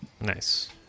Nice